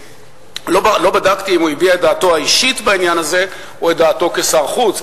ולא בדקתי אם הוא הביע את דעתו האישית בעניין הזה או את דעתו כשר חוץ,